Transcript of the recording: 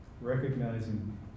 recognizing